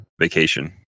vacation